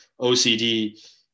OCD